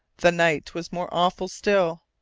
the night was more awful still!